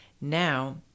Now